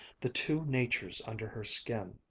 the two natures under her skin,